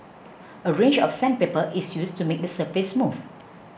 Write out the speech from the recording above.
a range of sandpaper is used to make the surface smooth